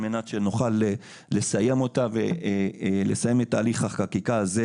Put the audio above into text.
על מנת שנוכל לסיים אותה ולסיים את תהליך החקיקה הזה.